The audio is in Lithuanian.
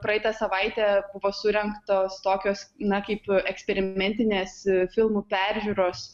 praeitą savaitę buvo surengtos tokios na kaip eksperimentinės filmų peržiūros